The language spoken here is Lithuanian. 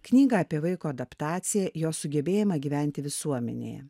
knygą apie vaiko adaptaciją jo sugebėjimą gyventi visuomenėje